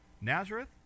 Nazareth